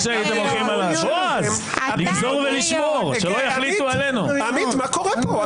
מה קורה פה?